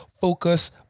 focus